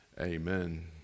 Amen